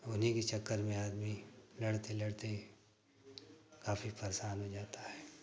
उन्हीं के चक्कर में आदमी लड़ते लड़ते काफ़ी परेशान हो जाता है